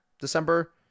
December